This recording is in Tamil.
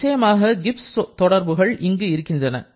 நிச்சயமாக கிப்ஸ் தொடர்புகள் இங்கு இருக்கின்றன